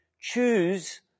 choose